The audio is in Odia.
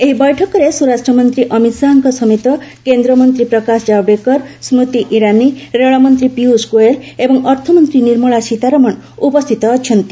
ଏହିବୈଠକରେ ସ୍ୱରାଷ୍ଟ୍ରମନ୍ତ୍ରୀ ଅମିତ ଶାହାଙ୍କ ସମେତ କେନ୍ଦ୍ରମନ୍ତ୍ରୀ ପ୍ରକାଶ ଜାୱଡ଼େକର ସ୍କୁତି ଇରାନୀ ରେଳମନ୍ତ୍ରୀ ପିୟୁଷ ଗୋଏଲ୍ ଏବଂ ଅର୍ଥମନ୍ତ୍ରୀ ନିର୍ମଳା ସୀତାରମଣ ଉପସ୍ଥିତ ଅଛନ୍ତି